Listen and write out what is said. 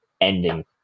ending